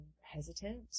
hesitant